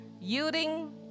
Yielding